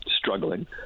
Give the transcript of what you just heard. struggling